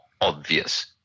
obvious